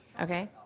okay